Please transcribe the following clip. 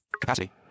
Capacity